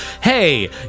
hey